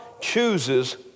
chooses